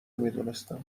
میدونستم